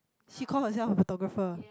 she call herself photographer